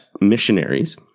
missionaries